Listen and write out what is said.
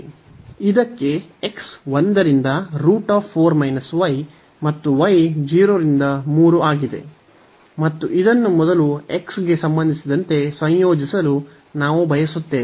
ಇದಕ್ಕೆ x 1 ರಿಂದ ಮತ್ತು y 0 ರಿಂದ 3 ಆಗಿದೆ ಮತ್ತು ಇದನ್ನು ಮೊದಲು x ಗೆ ಸಂಬಂಧಿಸಿದಂತೆ ಸಂಯೋಜಿಸಲು ನಾವು ಬಯಸುತ್ತೇವೆ